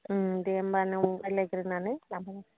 दे होनबा नों रायलायग्रोनानै लांफैदो